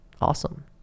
awesome